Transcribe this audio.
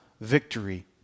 victory